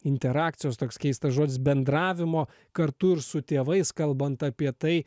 interakcijos toks keistas žodis bendravimo kartu ir su tėvais kalbant apie tai